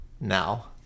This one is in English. now